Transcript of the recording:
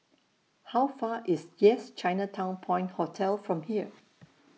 How Far IS Yes Chinatown Point Hotel from here